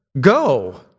Go